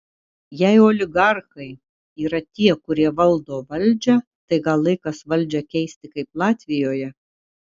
jei oligarchai yra tie kurie valdo valdžią tai gal laikas valdžią keisti kaip latvijoje